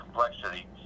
Complexity